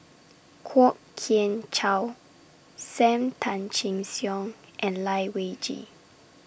Kwok Kian Chow SAM Tan Chin Siong and Lai Weijie